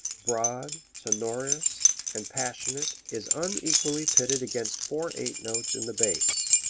broad, sonorous and passionate, is unequally pitted against four-eight notes in the bass.